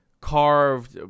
carved